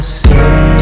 say